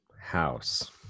house